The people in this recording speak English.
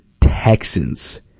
Texans